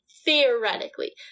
theoretically